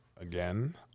again